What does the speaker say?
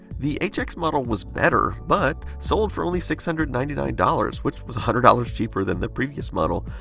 the hx model was better, but sold for only six hundred and ninety nine dollars, which was a hundred dollars cheaper than the previous model.